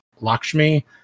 Lakshmi